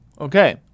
Okay